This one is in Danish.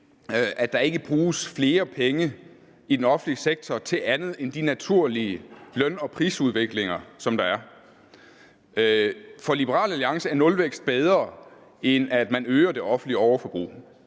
at der ikke bruges flere penge i den offentlige sektor til andet end de naturlige løn- og prisudviklinger, som der er. For Liberal Alliance er nulvækst bedre, end at man øger det offentlige overforbrug.